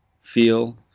feel